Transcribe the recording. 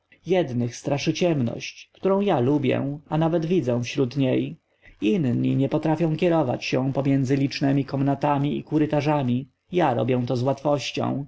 jednych straszy ciemność którą ja lubię a nawet widzę wśród niej inni nie potrafią kierować się pomiędzy licznemi komnatami i korytarzami ja robię to z łatwością